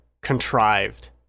contrived